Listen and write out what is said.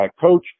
Coach